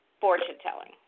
fortune-telling